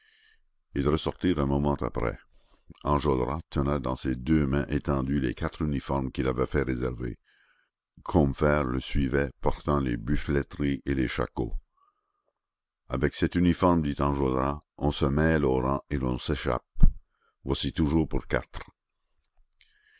ils ressortirent un moment après enjolras tenait dans ses deux mains étendues les quatre uniformes qu'il avait fait réserver combeferre le suivait portant les buffleteries et les shakos avec cet uniforme dit enjolras on se mêle aux rangs et l'on s'échappe voici toujours pour quatre